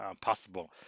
possible